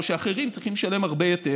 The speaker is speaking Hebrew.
או שאחרים צריכים לשלם הרבה יותר,